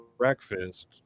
Breakfast